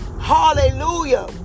Hallelujah